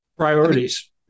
Priorities